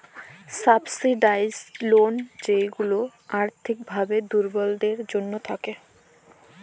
subsidised loan যেইগুলা আর্থিক ভাবে দুর্বলদের জন্য থাকে